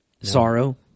sorrow